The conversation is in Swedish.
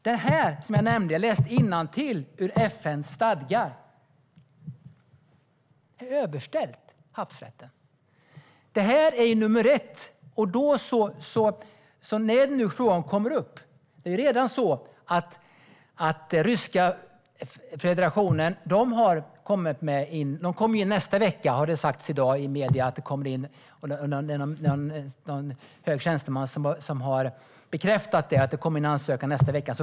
Jag läste tidigare innantill ur FN:s stadgar. Det är överställt havsrätten. Det är nummer ett. Nu kommer frågan upp. I medierna i dag har en hög tjänsteman bekräftat att ryska federationen kommer att komma in med en ansökan nästa vecka.